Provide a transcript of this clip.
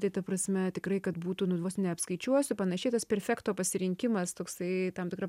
tai ta prasme tikrai kad būtų nu vos neapskaičiuosiu panašiai tas perfekto pasirinkimas toksai tam tikra